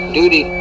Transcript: duty